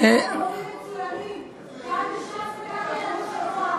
היו לו, מצוינים, גם בש"ס וגם ביהדות התורה,